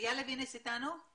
טליה לוינס איתנו?